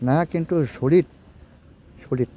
नाया खिन्थु सलिद सलिद